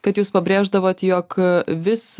kad jūs pabrėždavot jog vis